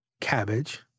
cabbage